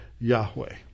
Yahweh